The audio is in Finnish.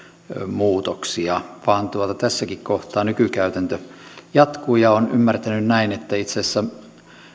muutoksia vaan tässäkin kohtaa nykykäytäntö jatkuu olen ymmärtänyt näin että itse asiassa